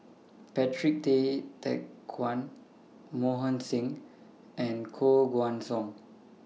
Patrick Tay Teck Guan Mohan Singh and Koh Guan Song